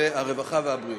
הרווחה והבריאות.